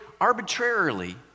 arbitrarily